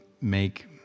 make